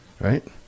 Right